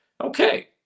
Okay